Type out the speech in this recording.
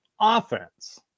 offense